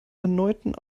erneuten